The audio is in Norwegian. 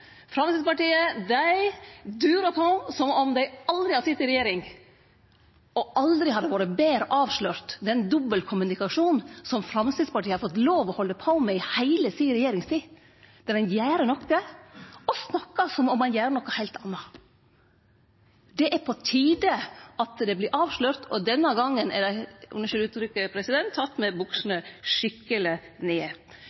Framstegspartiet, dei durar på som om dei aldri har sete i regjering, og aldri har det vore betre avslørt den dobbeltkommunikasjonen som Framstegspartiet har fått lov til å halde på med i heile si regjeringstid. Ein gjer noko og snakkar som om ein gjer noko heilt anna. Det er på tide at det vert avslørt, og denne gongen er dei – unnskyld uttrykket – tekne med